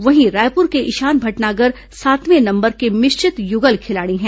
वहीं रायपुर के ईशान भटनागर सातवें नंबर के मिश्रित युगल खिलाड़ी हैं